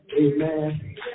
Amen